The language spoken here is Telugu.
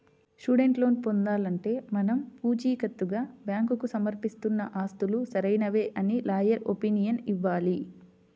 స్టూడెంట్ లోన్ పొందాలంటే మనం పుచీకత్తుగా బ్యాంకుకు సమర్పిస్తున్న ఆస్తులు సరైనవే అని లాయర్ ఒపీనియన్ ఇవ్వాలి